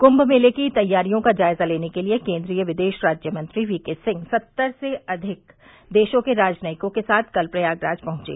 क्म मेले की तैयारियों का जायजा लेने के लिये केन्द्रीय विदेश राज्य मंत्री वीके सिंह सत्तर से अधिक देशों के राजनयिकों के साथ कल प्रयागराज पहुंचे